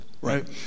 right